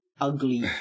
ugly